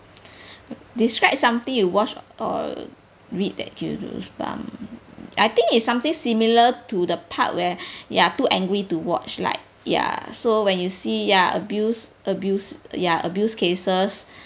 describe something you watch or read that give you goosebump I think it's something similar to the part where ya too angry to watch like ya so when you see ya abuse abuse ya abuse cases